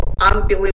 unbelievable